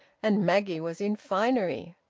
and maggie was in finery.